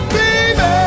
Baby